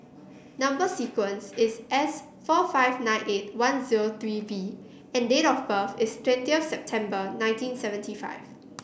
number sequence is S four five nine eight one zero three V and date of birth is twentyth September nineteen seventy five